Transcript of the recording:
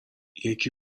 یکی